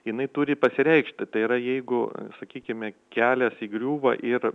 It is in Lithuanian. jinai turi pasireikšti tai yra jeigu sakykime kelias įgriūva ir